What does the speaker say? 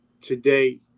today